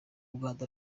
rwanda